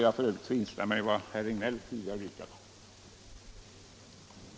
Jag ber att få instämma i herr Regnélls tidigare framställda yrkande.